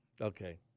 Okay